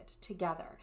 together